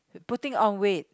putting on weight